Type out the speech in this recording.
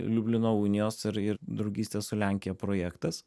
liublino unijos ir ir draugystės su lenkija projektas